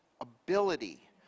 ability